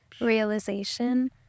Realization